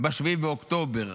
ב-7 באוקטובר,